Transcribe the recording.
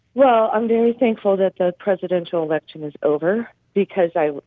well, i'm very thankful that the presidential election is over because i